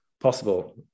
possible